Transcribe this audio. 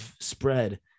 spread